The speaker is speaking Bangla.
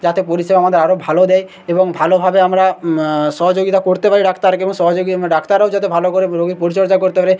যাতে পরিষেবা আমাদের আরও ভালো দেয় এবং ভালোভাবে আমরা সহযোগিতা করতে পারি ডাক্তারকে এবং সহযোগী ডাক্তাররাও যাতে ভালো করে রোগীর পরিচর্যা করতে পারে